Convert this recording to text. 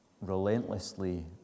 relentlessly